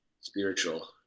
spiritual